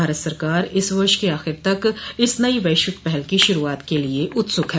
भारत सरकार इस वर्ष के आखिर तक इस नई वैश्विक पहल की शुरूआत के लिए उत्सुक है